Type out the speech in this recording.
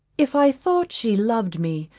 if i thought she loved me,